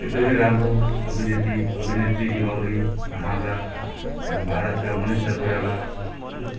एकदमै राम्रो अभिनेत्री अभिनेत्री निभाउने हाम्रा भारतका मनिषा कोइराला